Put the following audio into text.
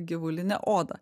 gyvulinė oda